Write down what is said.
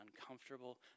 uncomfortable